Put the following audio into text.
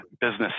business